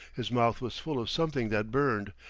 his mouth was full of something that burned,